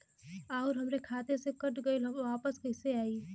आऊर हमरे खाते से कट गैल ह वापस कैसे आई?